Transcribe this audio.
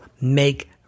make